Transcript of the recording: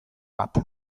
bat